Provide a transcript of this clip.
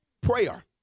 Prayer